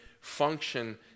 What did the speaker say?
function